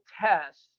test